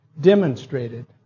demonstrated